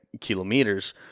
kilometers